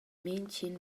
mintgin